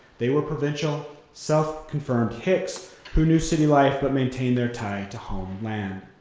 they were provincial, self-confirmed hicks who knew city life but maintained their tie to home land.